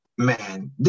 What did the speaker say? Man